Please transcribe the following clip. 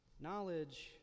knowledge